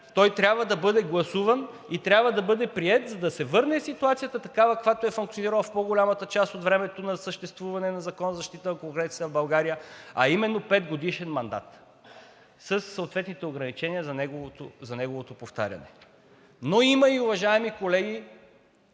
Той трябва да бъде гласуван и трябва да бъде приет, за да се върне ситуацията такава, каквато е функционирала в по-голямата част от времето на съществуване на Закона за защита на конкуренцията в България, а именно петгодишен мандат, със съответните ограничения за неговото повтаряне. Но има, уважаеми колеги